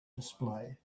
display